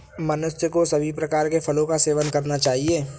मनुष्य को सभी प्रकार के फलों का सेवन करना चाहिए